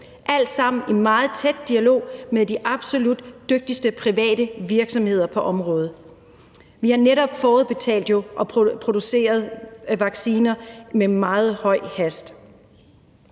alt sammen i meget tæt dialog med de absolut dygtigste private virksomheder på området. Vi har netop forudbetalt og fået produceret vacciner med meget høj hast.